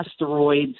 asteroids